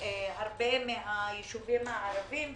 הרבה מהישובים הערבים,